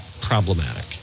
problematic